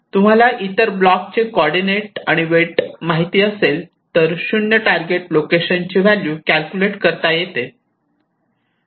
तुम्हाला इतर ब्लॉक चे कॉर्डीनेट आणि वेट माहिती असेल तर 0 टारगेट लोकेशन ची व्हॅल्यू कॅल्क्युलेट करता येते